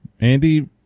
Andy